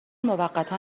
موقتا